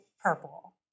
purple